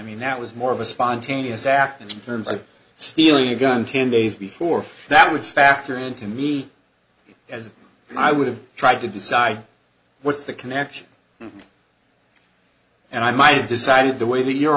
mean that was more of a spontaneous act and in terms of stealing a gun ten days before that would factor into me as i would have tried to decide what's the connection and i might have decided the way that your